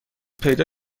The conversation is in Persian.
پیدا